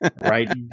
Right